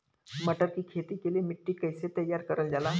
मटर की खेती के लिए मिट्टी के कैसे तैयार करल जाला?